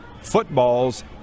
Football's